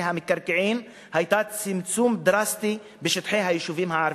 המקרקעין היתה צמצום דרסטי בשטחי היישובים הערביים.